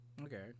Okay